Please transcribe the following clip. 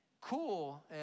cool